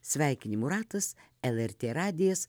sveikinimų ratas el er tė radijas